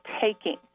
taking